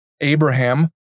Abraham